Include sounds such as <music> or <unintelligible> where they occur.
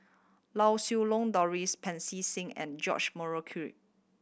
Lau Siew Long Doris Pancy Seng and George Murray <unintelligible>